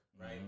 Right